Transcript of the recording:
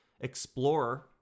explorer